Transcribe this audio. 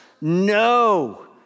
No